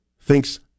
thinks